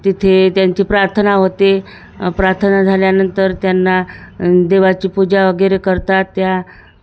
तिथे त्यांची प्रार्थना होते प्रार्थना झाल्यानंतर त्यांना देवाची पूजा वगैरे करतात त्या